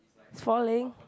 it's falling